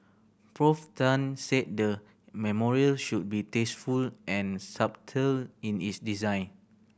Prof Tan said the memorial should be tasteful and subtle in its design